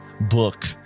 book